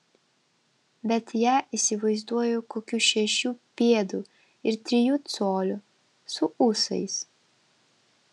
bet ją įsivaizduoju kokių šešių pėdų ir trijų colių su ūsais